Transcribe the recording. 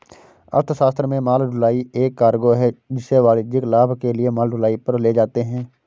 अर्थशास्त्र में माल ढुलाई एक कार्गो है जिसे वाणिज्यिक लाभ के लिए माल ढुलाई पर ले जाते है